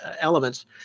elements